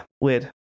weird